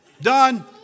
Done